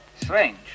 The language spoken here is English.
Strange